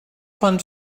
von